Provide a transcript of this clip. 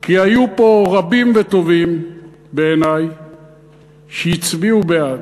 כי היו פה רבים וטובים בעיני שהצביעו בעד.